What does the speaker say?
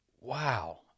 Wow